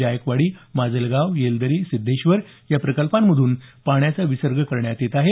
जायकवाडी माजलगाव येलदरी सिध्देश्वर या प्रकल्पांतून पाण्याचा विसर्ग करण्यात येत आहे